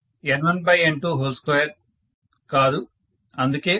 professor N1N22కాదు అందుకే 14